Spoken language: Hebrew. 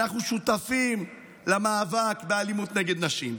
אנחנו שותפים למאבק באלימות נגד נשים,